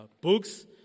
books